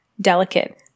delicate